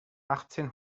achtzehn